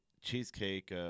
cheesecake